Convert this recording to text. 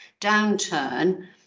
downturn